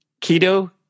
Keto